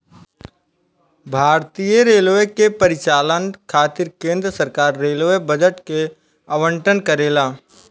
भारतीय रेलवे के परिचालन खातिर केंद्र सरकार रेलवे बजट के आवंटन करेला